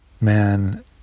man